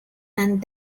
and